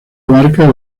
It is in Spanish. abarcaba